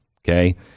Okay